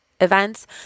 events